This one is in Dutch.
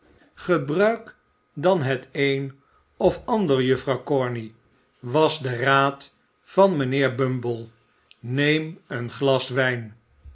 gebruik dan het een of ander juffrouw corney was de raad van mijnheer bumble neem een glas wijn